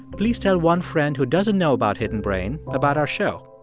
please tell one friend who doesn't know about hidden brain about our show.